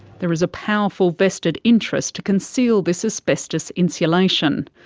there is powerful vested interest to conceal this asbestos insulation.